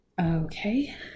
Okay